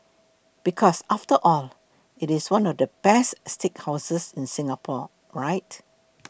because after all it is one of the best steakhouses in Singapore right